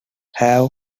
have